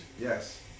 Yes